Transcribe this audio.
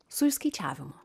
su išskaičiavimu